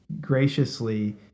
graciously